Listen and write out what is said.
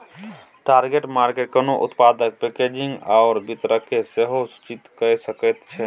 target market कोनो उत्पादक packaging आओर वितरणकेँ सेहो सूचित कए सकैत छै